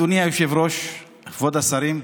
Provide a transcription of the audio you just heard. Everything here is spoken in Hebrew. אדוני היושב-ראש, כבוד השרים,